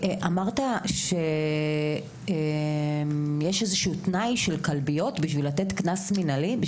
אמרת שיש איזשהו תנאי של כלביות בשביל לתת קנס מנהלי?